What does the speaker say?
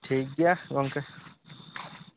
ᱴᱷᱤᱠ ᱜᱮᱭᱟ ᱜᱚᱝᱠᱮ